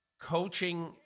coaching